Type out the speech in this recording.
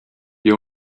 your